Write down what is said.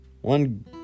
One